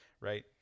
Right